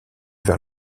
vers